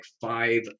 five